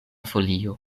folio